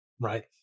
right